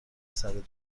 سرت